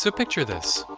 so picture this.